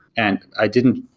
and i didn't,